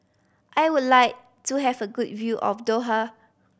I would like to have a good view of Doha